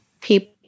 people